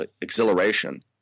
exhilaration